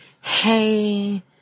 Hey